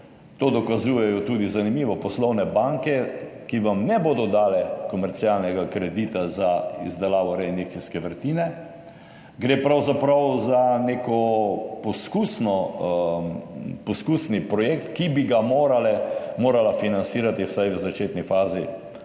To dokazujejo tudi, zanimivo, poslovne banke, ki vam ne bodo dale komercialnega kredita za izdelavo reinjekcijske vrtine. Gre pravzaprav za nek poskusni projekt, ki bi ga morala financirati vsaj v začetni fazi